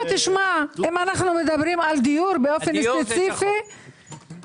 אם אנחנו מדברים על דיור באופן ספציפי --- הדיור זה שחור.